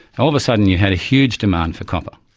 and all of a sudden you had a huge demand for copper.